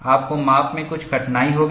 आपको माप में कुछ कठिनाई होगी